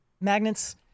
magnets